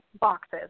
boxes